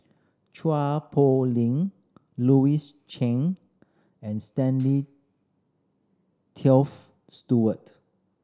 Chua Poh Leng Louis Chen and Stanley Toft Stewart